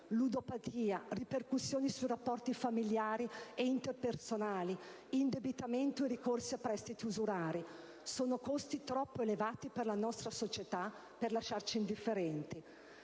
Ludopatia, ripercussioni sui rapporti familiari e interpersonali, indebitamento e ricorso a prestiti usurari. Sono costi troppo elevati per la nostra società per lasciarci indifferenti.